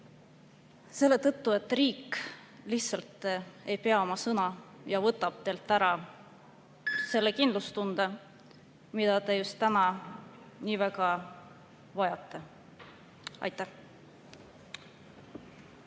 selle tõttu, et riik lihtsalt ei pea oma sõna ja võtab [neilt] ära selle kindlustunde, mida [nad] just täna nii väga vajavad. Aitäh!